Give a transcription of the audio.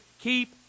keep